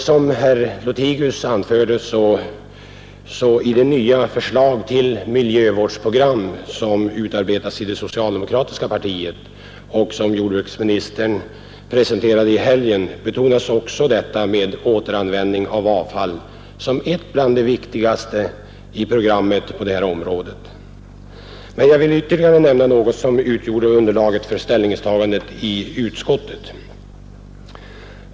Som herr Lothigius anförde har i det nya förslag till miljövårdsprogram som utarbetats inom det socialdemokratiska partiet och som jordbruksministern presenterade i helgen också betonats att användningen av avfall är en av de viktigaste punkterna i detta program. Jag vill emellertid ytterligare nämna något som utgjort underlaget för utskottets ställningstagande.